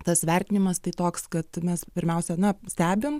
tas vertinimas tai toks kad mes pirmiausia na stebim